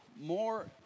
more